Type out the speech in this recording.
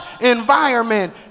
environment